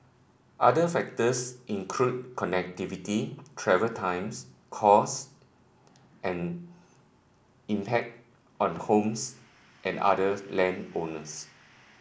other factors include connectivity travel times cost and impact on homes and other land owners